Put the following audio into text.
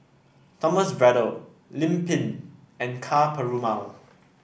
Thomas Braddell Lim Pin and Ka Perumal